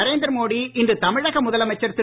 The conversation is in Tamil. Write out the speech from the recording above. நரேந்திர மோடி இன்று தமிழக முதலமைச்சர் திரு